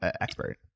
expert